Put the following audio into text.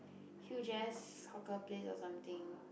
huge ass hawker place or something